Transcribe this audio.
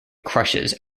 crushes